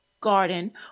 Garden